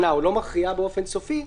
או לא מכריעה באופן סופי,